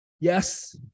Yes